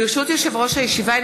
ברשות יושב-ראש הישיבה,